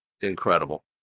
incredible